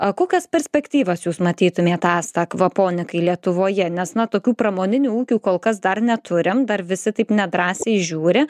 a kukas perspektyvas jūs matytumėt asta akvaponikai lietuvoje nes na tokių pramoninių ūkių kol kas dar neturim dar visi taip nedrąsiai žiūri